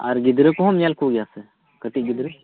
ᱟᱨ ᱜᱤᱫᱽᱨᱟᱹ ᱠᱚᱦᱚᱸᱢ ᱧᱮᱞ ᱠᱚᱜᱮᱭᱟᱥᱮ ᱠᱟᱹᱴᱤᱜ ᱜᱤᱫᱽᱨᱟᱹ